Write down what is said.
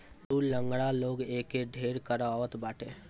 लूल, लंगड़ लोग एके ढेर करवावत बाटे